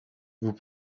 vous